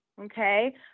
okay